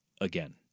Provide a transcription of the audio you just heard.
again